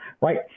right